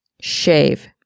Shave